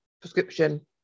prescription